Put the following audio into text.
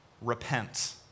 Repent